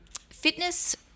Fitness